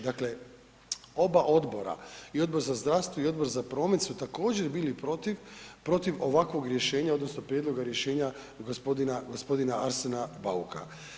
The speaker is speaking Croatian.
Dakle, oba odbora i Odbor za zdravstvo i Odbor za promet su također bili protiv, protiv ovakvog rješenja odnosno prijedloga rješenja g. Arsena Bauka.